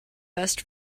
best